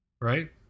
Right